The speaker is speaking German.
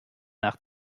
nach